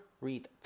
read